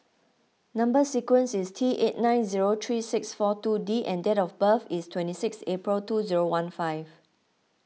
Number Sequence is T eight nine zero three six four two D and date of birth is twenty six April two zero one five